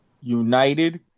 United